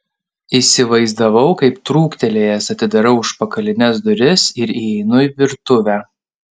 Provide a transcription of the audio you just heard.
įsivaizdavau kaip trūktelėjęs atidarau užpakalines duris ir įeinu į virtuvę